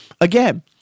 again